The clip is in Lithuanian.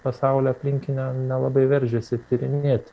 pasaulio aplinkinio nelabai veržiasi tyrinėti